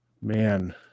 man